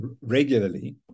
regularly